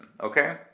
okay